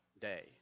day